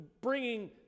bringing